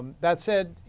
that said,